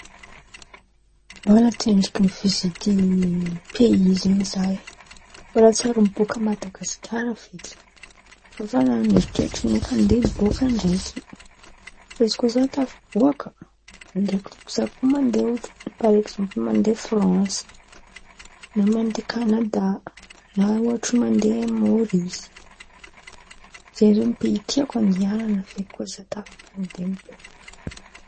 Za mbola tsendriky nivizity pey zen̈y za e mbala tsy ary niboaka Madagasikara feky, fa efa nan̈ana eritreritra hiboaka ndraiky. Fa izikoa zaho tafiboaka ndraiky drakidraky za mandeha ôhatra pary ekizampila mandeha Fransy, na mandeha Canada, na ôhatra mandeha Môrisy, zay ziô pey tiako andianan̈ana feky kô fa za tafandea miboaka fo.